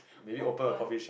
open